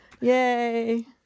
Yay